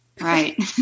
Right